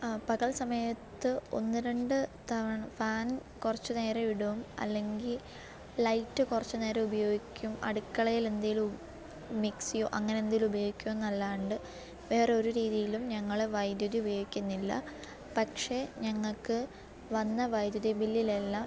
പകല്സമയത്ത് ഒന്ന് രണ്ട് തവണ ഫാന് കുറച്ച് നേരം ഇടും അല്ലെങ്കില് ലൈറ്റ് കുറച്ച് നേരം ഉപയോഗിക്കും അടുക്കളയിൽ എന്തെങ്കിലും മിക്സിയോ അങ്ങനെ എന്തെങ്കിലും ഉപയോഗിക്കും എന്നല്ലാണ്ട് വേറൊരു രീതിയിലും ഞങ്ങൾ വൈദ്യുതി ഉപയോഗിക്കുന്നില്ല പക്ഷെ ഞങ്ങൾക്ക് വന്ന വൈദ്യുതി ബില്ലിലെല്ലാം